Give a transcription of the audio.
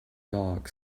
dog